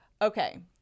Okay